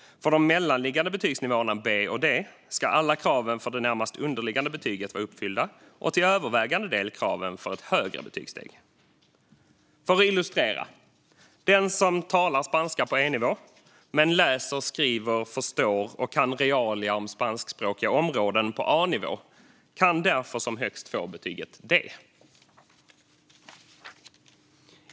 För de mellanliggande betygsnivåerna B och D ska alla krav för det närmast underliggande betyget vara uppfyllda och till övervägande del kraven för ett högre betygssteg. För att illustrera: Den som talar spanska på E-nivå men läser, skriver, förstår och kan realia om spanskspråkiga områden på A-nivå kan därför som högst få betyget D.